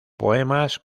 poemas